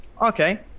Okay